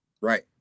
Right